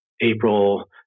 April